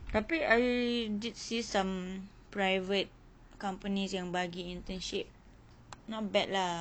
tapi I did see some private companies yang bagi internship not bad lah